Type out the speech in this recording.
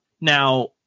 Now